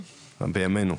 בימנו,